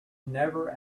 never